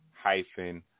hyphen